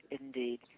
indeed